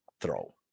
throw